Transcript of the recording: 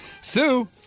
Sue